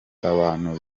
abantu